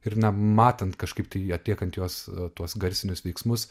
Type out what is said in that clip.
ir na matant kažkaip tai į atliekant juos tuos garsinius veiksmus